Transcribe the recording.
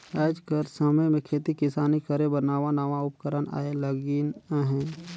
आएज कर समे में खेती किसानी करे बर नावा नावा उपकरन आए लगिन अहें